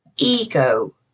Ego